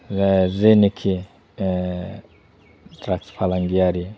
जेनोखि द्राग्स फालांगियारि